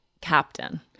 captain